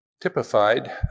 typified